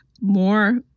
more